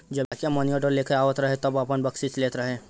जब डाकिया मानीऑर्डर लेके आवत रहे तब आपन बकसीस लेत रहे